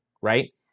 right